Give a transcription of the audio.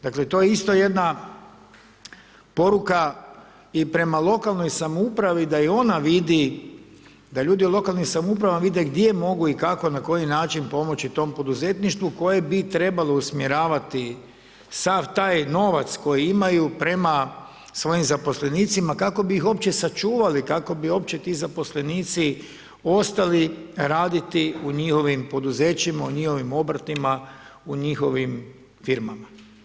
Dakle to je isto jedna poruka i prema lokalnoj samoupravi da i ona vidi da ljudi u lokalnim samoupravama vide gdje mogu i kako na koji način pomoći tom poduzetništvu koje bi trebalo usmjeravati sav taj novac koji imaju prema svojim zaposlenicima kako bi ih uopće sačuvali, kako bi uopće ti zaposlenici ostali raditi u njihovim poduzećima, u njihovim obrtima, u njihovim firmama.